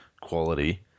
quality